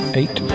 eight